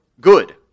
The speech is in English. good